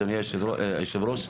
אדוני היושב-ראש,